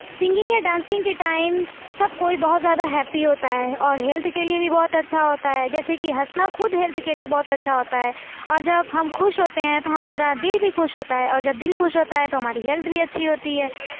singing یا dancing کے time سب کوئی بہت زیادہ ہیپی ہوتا ہے اور ہیلتھ کے لیے بھی بہت اچھا ہوتا ہے جیسے کہ ہنسنا خود ہیلتھ کے لیے بہت اچھا ہوتا ہے اور جب ہم خوش ہوتے ہیں تو ہمارا دل بھی خوش ہوتا ہے اور جب دل خوش ہوتا ہے تو ہماری ہیلتھ بھی اچھی ہوتی ہے